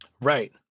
Right